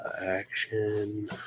Action